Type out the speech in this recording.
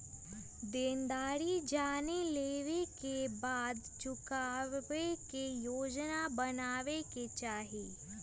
देनदारी जाने लेवे के बाद चुकावे के योजना बनावे के चाहि